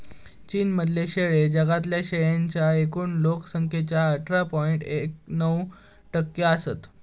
चीन मधले शेळे जगातल्या शेळींच्या एकूण लोक संख्येच्या अठरा पॉइंट एक नऊ टक्के असत